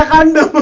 and